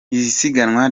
isiganwa